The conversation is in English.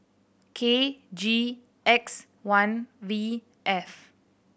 K G X one V F